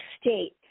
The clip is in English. state